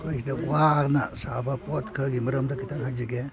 ꯑꯩꯈꯣꯏ ꯁꯤꯗ ꯋꯥꯅ ꯁꯥꯕ ꯄꯣꯠ ꯈꯔꯒꯤ ꯃꯔꯝꯗ ꯈꯤꯇꯪ ꯍꯥꯏꯖꯒꯦ